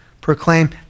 proclaim